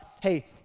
hey